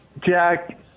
Jack